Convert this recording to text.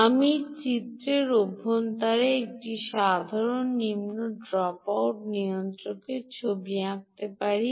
আমি চিত্রের অভ্যন্তরে একটি সাধারণ নিম্ন ড্রপআউট নিয়ন্ত্রকের ছবি আঁকতে পারি